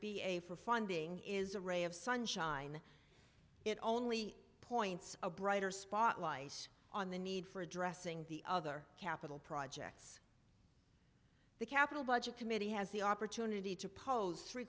p a for funding is a ray of sunshine it only points a brighter spotlight on the need for addressing the other capital projects the capital budget committee has the opportunity to pose three